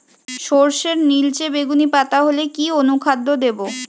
সরর্ষের নিলচে বেগুনি পাতা হলে কি অনুখাদ্য দেবো?